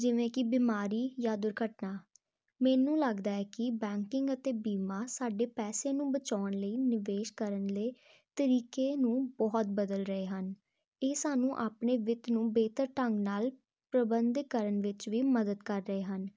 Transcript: ਜਿਵੇਂ ਕਿ ਬਿਮਾਰੀ ਜਾਂ ਦੁਰਘਟਨਾ ਮੈਨੂੰ ਲੱਗਦਾ ਹੈ ਕਿ ਬੈਂਕਿੰਗ ਅਤੇ ਬੀਮਾ ਸਾਡੇ ਪੈਸੇ ਨੂੰ ਬਚਾਉਣ ਲਈ ਨਿਵੇਸ਼ ਕਰਨ ਦੇ ਤਰੀਕੇ ਨੂੰ ਬਹੁਤ ਬਦਲ ਰਹੇ ਹਨ ਇਹ ਸਾਨੂੰ ਆਪਣੇ ਵਿੱਥ ਨੂੰ ਬਿਹਤਰ ਢੰਗ ਨਾਲ ਪ੍ਰਬੰਧ ਕਰਨ ਵਿੱਚ ਵੀ ਮਦਦ ਕਰ ਰਹੇ ਹਨ